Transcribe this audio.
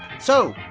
so,